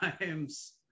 times